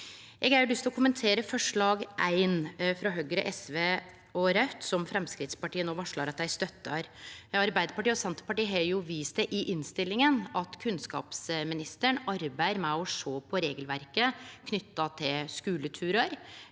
Eg har òg lyst til å kommentere forslag nr. 1, frå Høgre, SV og Raudt, som Framstegspartiet no varslar at dei støttar. Arbeidarpartiet og Senterpartiet har i innstillinga vist til at kunnskapsministeren arbeider med å sjå på regelverket knytt til skuleturar.